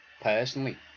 personally